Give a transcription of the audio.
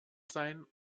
sein